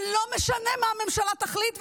ולא משנה מה הממשלה תחליט.